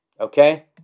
Okay